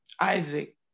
Isaac